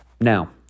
Now